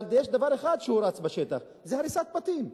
אבל יש דבר אחד שרץ בשטח, הריסת בתים.